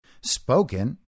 spoken